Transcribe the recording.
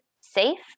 safe